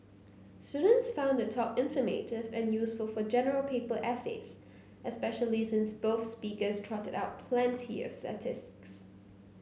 students found the talk informative and useful for General Paper essays especially since both speakers trotted out plenty of statistics